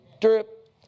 drip